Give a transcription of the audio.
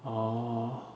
oh